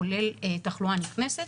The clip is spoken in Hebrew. כולל תחלואה נכנסת,